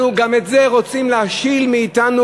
אנחנו גם את זה רוצים להשיל מאתנו,